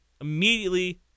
Immediately